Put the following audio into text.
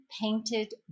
Painted